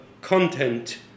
content